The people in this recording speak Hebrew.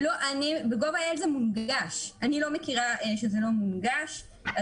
gov.il מונגש, אני לא מכירה שזה לא מונגש.